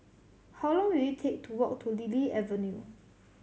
how long will it take to walk to Lily Avenue